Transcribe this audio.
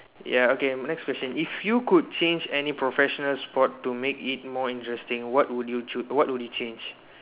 ya okay next question if you could change any professional sport to make it more interesting what would you choose what would you change